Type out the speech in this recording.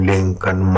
Lincoln